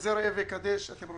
כזה ראה וקדש, אתם רוצים?